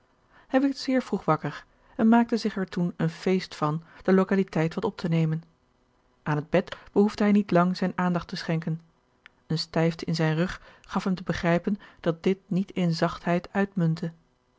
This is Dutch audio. hij werd zeer vroeg wakker en maakte zich er toen een feest van de localiteit wat op te nemen aan het bed behoefde hij niet lang zijne aandacht te schenken eene stijfte in zijn rug gaf hem te begrijpen dat dit niet in zachtheid uitmuntte